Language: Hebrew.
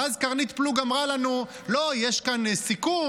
ואז קרנית פלוג אמרה לנו: לא, יש כאן סיכון.